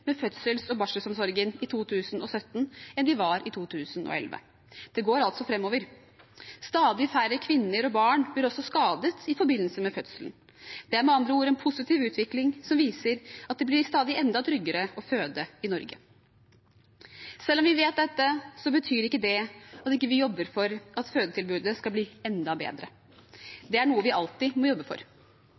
med fødsels- og barselomsorgen i 2017 enn de var i 2011. Det går altså framover. Stadig færre kvinner og barn blir også skadet i forbindelse med fødsel. Det er med andre ord en positiv utvikling, som viser at det blir stadig tryggere å føde i Norge. Selv om vi vet dette, betyr ikke det at vi ikke jobber for at fødetilbudet skal bli enda bedre. Det er noe vi alltid må jobbe for.